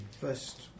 First